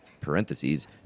Parentheses